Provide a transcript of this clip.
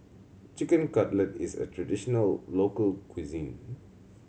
Chicken Cutlet is a traditional local cuisine